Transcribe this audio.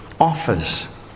offers